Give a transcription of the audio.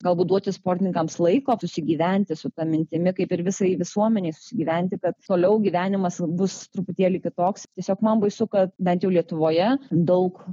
galbūt duoti sportininkams laiko susigyventi su ta mintimi kaip ir visai visuomenei susigyventi kad toliau gyvenimas bus truputėlį kitoks tiesiog man baisu kad bent jau lietuvoje daug